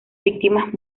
víctimas